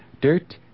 Dirt